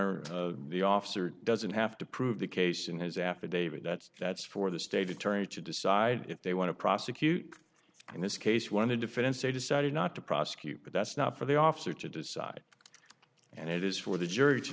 honor the officer doesn't have to prove the case in his affidavit that's that's for the state attorney to decide if they want to prosecute this case went to defense they decided not to prosecute but that's not for the officer to decide and it is for the jury to